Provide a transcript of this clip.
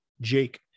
jake